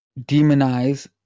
demonize